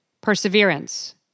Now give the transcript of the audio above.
Perseverance